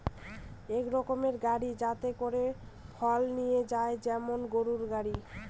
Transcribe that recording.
এক রকমের গাড়ি যাতে করে ফল নিয়ে যায় যেমন গরুর গাড়ি